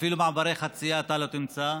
אפילו מעברי חצייה אתה לא תמצא,